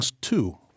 Two